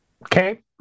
Okay